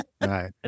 right